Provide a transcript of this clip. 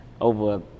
over